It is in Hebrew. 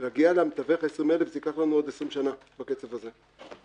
להגיע למתווך ה-20,000 ייקח לנו 20 שנה בקצב הזה.